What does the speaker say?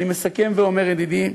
אני מסכם ואומר, ידידי: